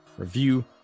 Review